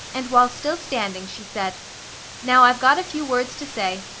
and while still standing she said now i've got a few words to say,